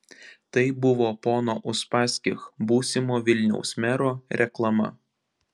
tai buvo pono uspaskich būsimo vilniaus mero reklama